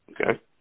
Okay